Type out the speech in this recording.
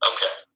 Okay